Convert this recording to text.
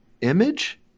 image